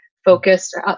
focused